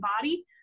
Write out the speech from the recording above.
body